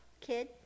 kid